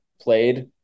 played